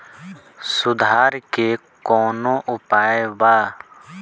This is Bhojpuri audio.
सुधार के कौनोउपाय वा?